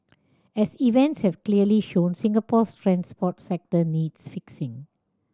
as events have clearly shown Singapore's transport sector needs fixing